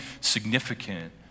significant